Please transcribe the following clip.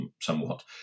somewhat